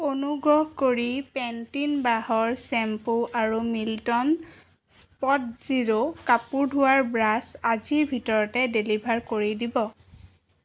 অনুগ্ৰহ কৰি পেণ্টীন বাঁহৰ শ্বেম্পু আৰু মিল্টন স্প'ট জিৰো কাপোৰ ধোৱাৰ ব্ৰাছ আজিৰ ভিতৰতে ডেলিভাৰ কৰি দিব